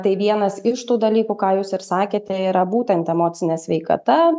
tai vienas iš tų dalykų ką jūs ir sakėte yra būtent emocinė sveikata